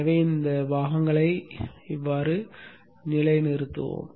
எனவே இந்த கூறுகளை நிலைநிறுத்துவோம்